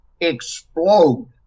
explode